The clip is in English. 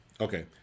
Okay